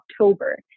October